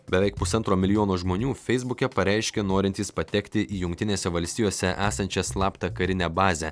beveik pusantro milijono žmonių feisbuke pareiškė norintys patekti į jungtinėse valstijose esančią slaptą karinę bazę